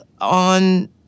on